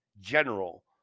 General